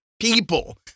people